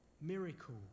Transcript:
miracle